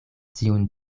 tiun